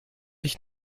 ich